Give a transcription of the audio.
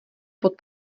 pod